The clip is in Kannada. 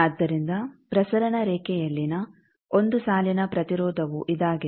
ಆದ್ದರಿಂದ ಪ್ರಸರಣ ರೇಖೆಯಲ್ಲಿನ ಒಂದು ಸಾಲಿನ ಪ್ರತಿರೋಧವು ಇದಾಗಿದೆ